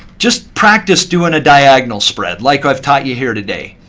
just practice doing a diagonal spread, like i've taught you here today.